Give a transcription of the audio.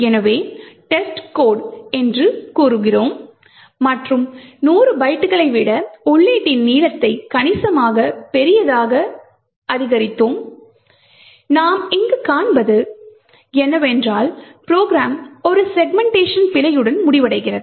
எனவே டெஸ்ட்கோட் என்று கூறுகிறோம் மற்றும் 100 பைட்டுகளை விட உள்ளீட்டின் நீளத்தை கணிசமாக பெரிதாக அதிகரித்தோம் இங்கு நாம் காண்பது என்னவென்றால் ப்ரோக்ராம் ஒரு செக்மென்ட்டேஷன் பிழையுடன் முடிவடைகிறது